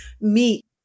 meet